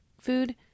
food